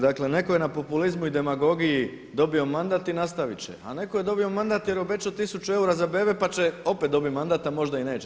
Dakle, netko je na populizmu i demagogiji dobio mandat i nastavit će, a netko je dobio mandat jer je obećao 1000 eura za bebe pa će opet dobit mandat, a možda i neće.